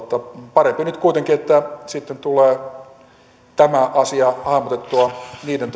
parempi nyt kuitenkin että sitten tulee tämä asia hahmotettua niiden